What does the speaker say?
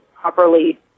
Properly